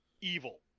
evil